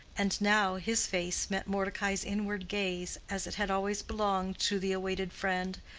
and now, his face met mordecai's inward gaze as it had always belonged to the awaited friend,